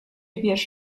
wiesz